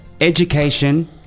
education